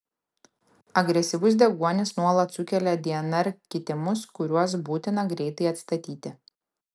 agresyvus deguonis nuolat sukelia dnr kitimus kuriuos būtina greitai atstatyti